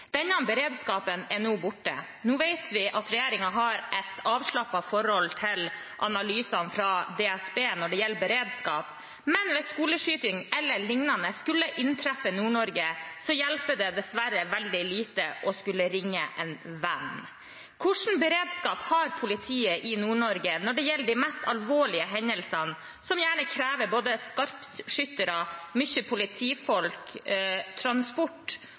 Denne beredskapen er nå borte. Nå vet vi at regjeringen har et avslappet forhold til analysene fra DSB når det gjelder beredskap, men hvis skoleskyting eller lignende skulle inntreffe i Nord-Norge, hjelper det dessverre veldig lite å skulle ringe en venn. Hvilken beredskap har politiet i Nord-Norge når det gjelder de mest alvorlige hendelsene, som gjerne krever både skarpskyttere, mye politifolk, transport